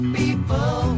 people